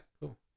cool